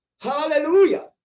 hallelujah